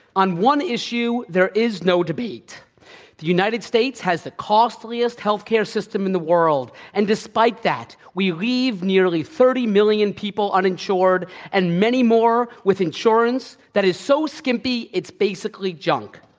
on one issue, there is no debate. the united states has the costliest healthcare system in the world, and despite that, we leave nearly thirty million people uninsured and many more with insurance that is so skimpy it's basically junk.